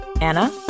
Anna